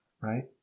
right